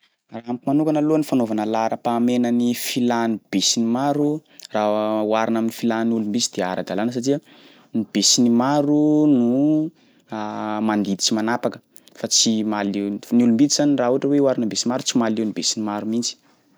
Raha amiko manokana aloha ny fanaovana laharam-pahamehana ny filàn'ny be sy ny maro raha oharina am'filàn'ny olom-bitsy de ara-dalàna satria ny be sy ny maro no mandidy sy manapaka fa tsy mahaleo- ny olom-bitsy zany raha ohatra hoe oharina amin'ny be sy ny maro tsy mahaleo ny be sy ny maro mihitsy.